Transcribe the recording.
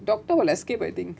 doctor will escape I think